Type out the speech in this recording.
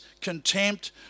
contempt